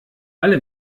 alle